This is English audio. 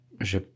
je